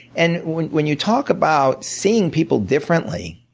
and when when you talk about seeing people differently,